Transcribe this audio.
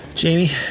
Jamie